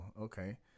okay